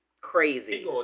crazy